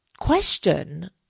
question